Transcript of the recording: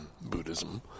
Buddhism